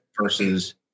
versus